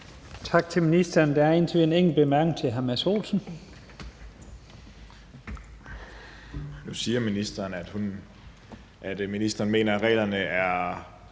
Tak til ministeren. Der er indtil videre en enkelt kort bemærkning, og det er til hr. Mads Olsen.